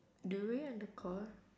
do we end the call